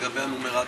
לגבי הנומרטור,